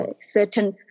certain